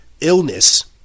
illness